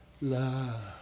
Love